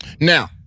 Now